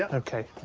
ah ok.